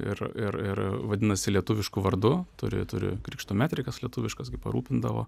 ir ir ir vadinasi lietuvišku vardu turi turi krikšto metrikas lietuviškas kaip parūpindavo